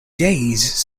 days